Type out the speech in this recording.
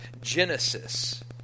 Genesis